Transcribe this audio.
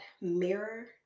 mirror